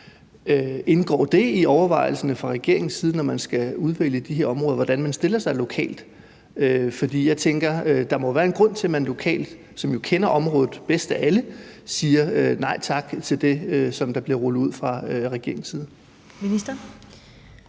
Indgår det i overvejelserne fra regeringens side, når man skal udvælge de her områder, hvordan man stiller sig lokalt? For jeg tænker, at der må være en grund til, at man lokalt, hvor man jo kender området bedst af alle, siger nej tak til det, der bliver rullet ud fra regeringens side. Kl.